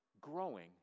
growing